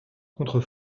contre